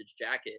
jacket